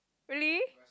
really